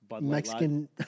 Mexican